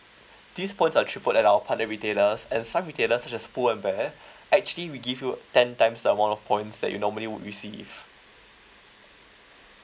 these point are triple at our partner retailers and some retailers such as Pull and Bear actually we give you ten times the amount of points that you normally would receive